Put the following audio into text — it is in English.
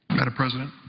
madam president?